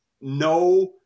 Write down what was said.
no